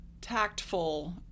tactful